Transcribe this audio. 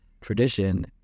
tradition